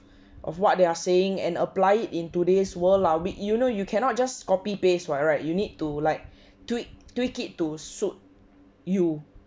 of what they are saying and apply it in today's world lah bit you know you cannot just copy paste what right you need to like tweak tweak it to suit you